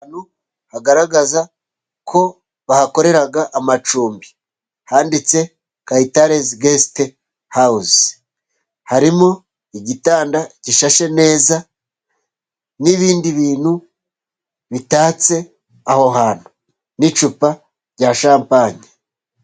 Hano hagaragaza ko bahakorera amacumbi, handitse kayitare gesiti hawuze. Harimo igitanda gishashe neza n'ibindi bintu bitatse aho hantu, n'icupa rya shampanye.